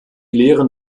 lehren